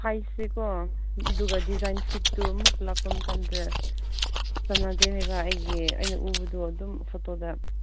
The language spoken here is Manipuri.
ꯁꯥꯏꯖꯁꯦꯀꯣ ꯑꯗꯨꯒ ꯗꯤꯖꯥꯏꯟ ꯐꯤꯠꯇꯨ ꯑꯃꯨꯛ ꯂꯥꯛꯄ ꯃꯇꯝꯗ ꯆꯥꯟꯅꯗꯦ ꯍꯥꯏꯕ ꯑꯩꯒꯤ ꯑꯩꯅ ꯎꯕꯗꯨ ꯑꯗꯨꯝ ꯐꯣꯇꯣꯗ